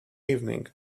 evening